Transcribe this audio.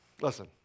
listen